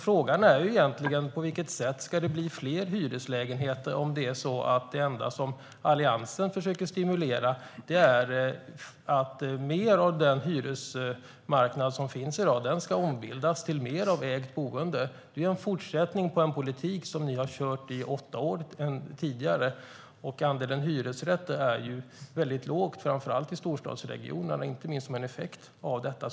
Frågan är egentligen på vilket sätt det ska bli fler hyreslägenheter om det enda som Alliansen försöker stimulera är att mer av den hyresmarknad som finns i dag ska ombildas till mer av ägt boende. Det är en fortsättning på en politik som ni har kört tidigare, i åtta år. Andelen hyresrätter är väldigt liten, framför allt i storstadsregionerna, inte minst som en effekt av detta.